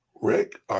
Rick